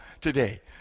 today